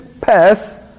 pass